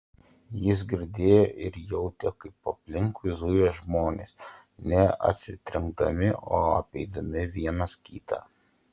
jis girdėjo ir jautė kaip aplinkui zuja žmonės ne atsitrenkdami o apeidami vienas kitą